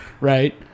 right